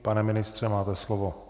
Pane ministře, máte slovo.